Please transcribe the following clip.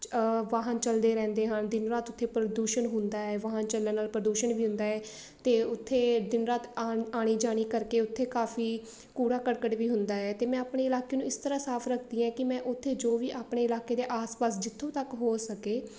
ਵਾਹਨ ਚੱਲਦੇ ਰਹਿੰਦੇ ਹਨ ਦਿਨ ਰਾਤ ਉੱਥੇ ਪ੍ਰਦੂਸ਼ਣ ਹੁੰਦਾ ਹੈ ਵਾਹਨ ਚੱਲਣ ਨਾਲ਼ ਪ੍ਰਦੂਸ਼ਣ ਵੀ ਹੁੰਦਾ ਹੈ ਅਤੇ ਉੱਥੇ ਦਿਨ ਰਾਤ ਆਉਣ ਆਣੀ ਜਾਣੀ ਕਰਕੇ ਉੱਥੇ ਕਾਫ਼ੀ ਕੂੜਾ ਕਰਕਟ ਵੀ ਹੁੰਦਾ ਹੈ ਅਤੇ ਮੈਂ ਆਪਣੇ ਇਲਾਕੇ ਨੂੰ ਇਸ ਤਰ੍ਹਾਂ ਸਾਫ਼ ਰੱਖਦੀ ਹਾਂ ਕਿ ਮੈਂ ਉੱਥੇ ਜੋ ਵੀ ਆਪਣੇ ਇਲਾਕੇ ਦੇ ਆਸ ਪਾਸ ਜਿੱਥੋਂ ਤੱਕ ਹੋ ਸਕੇ